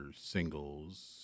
singles